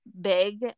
big